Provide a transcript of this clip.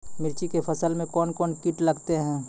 मिर्ची के फसल मे कौन कौन कीट लगते हैं?